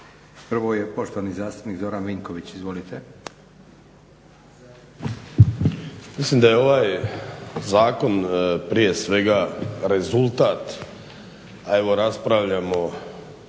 Prvo je poštovani zastupnik Zoran Vinković, izvolite. **Vinković, Zoran (HDSSB)** Mislim da je ovaj zakon prije svega rezultat, evo raspravljamo